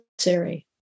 necessary